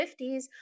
1950s